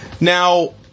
now